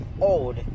old